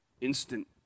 Instant